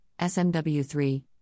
SMW3